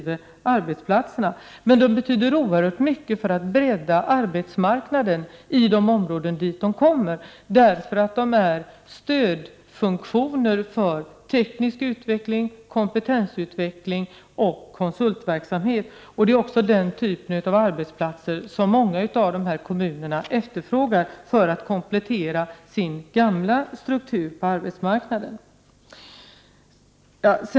Men etableringarna betyder oerhört mycket när det gäller att bredda arbetsmarknaden i de områden där de görs, eftersom de utgör stödfunktioner för teknisk utveckling, kompetensutveckling och konsultverksamhet. Och det är just den typen av arbetsplatser som många av dessa kommuner efterfrågar för att komplettera sin gamla struktur på arbetsmarknaden.